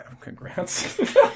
Congrats